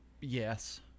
yes